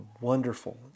wonderful